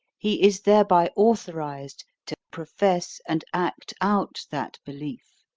he is thereby authorised to profess and act out that belief.